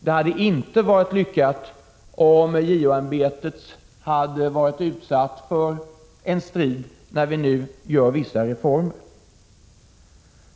Det hade inte varit lyckat om JO-ämbetet hade varit utsatt för en strid när vi nu gör vissa reformer.